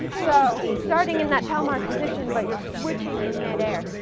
so, starting in that telmark position, but you're switching in midair.